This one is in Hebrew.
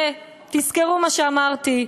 ותזכרו מה שאמרתי,